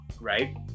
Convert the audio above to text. right